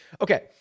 Okay